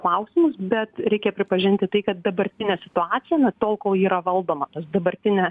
klausimus bet reikia pripažinti tai kad dabartinė situacija na tol kol ji yra valdoma dabartinė